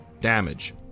damage